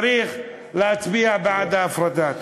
צריך להצביע בעד ההפרדה.